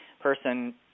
person